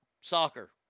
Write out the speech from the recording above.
soccer